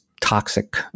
toxic